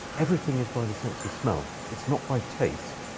everything is by the sense of smell. it's not by taste,